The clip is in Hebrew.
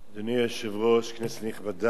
אדוני היושב-ראש, כנסת נכבדה,